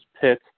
Pitt